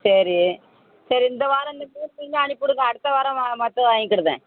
சரி சரி இந்த வாரம் இந்த மூணு மீனும் அனுப்பி விடுங்க அடுத்த வாரம் மற்றத வாங்கிக்கிடுதேன்